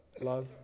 Love